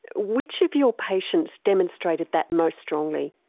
which of your patients demonstrated that most strongly?